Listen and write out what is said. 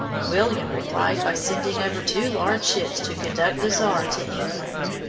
william replied by sending over two large ships to conduct the tsar to england.